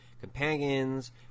companions